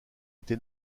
été